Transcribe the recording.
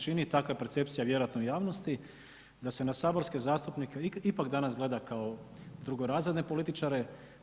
čini, takva je percepcija vjerojatno i u javnosti, da se na saborske zastupnike ipak danas gleda kao drugorazredne političare.